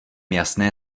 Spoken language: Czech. jasné